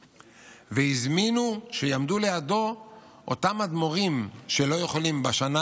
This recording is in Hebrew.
והזמינו שיעמדו לידו אותם אדמו"רים שלא יכולים היו בשנה